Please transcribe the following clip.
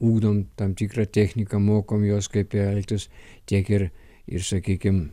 ugdom tam tikrą techniką mokom juos kaip elgtis tiek ir ir sakykim